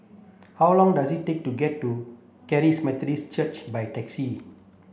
how long does it take to get to Charis Methodist Church by taxi